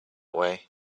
way